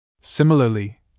Similarly